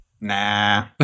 Nah